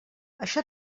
això